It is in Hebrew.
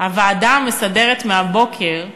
הוועדה המסדרת מהבוקר,